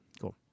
cool